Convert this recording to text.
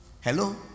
Hello